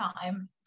time